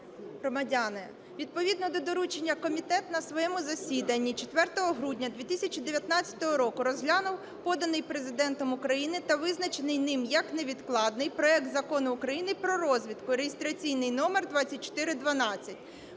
громадяни, відповідно до доручення, комітет на своєму засіданні 4 грудня 2019 року розглянув поданий Президентом України та визначений ним як невідкладний проект Закону України про розвідку (реєстраційний номер 2412).